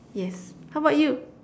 yes how about you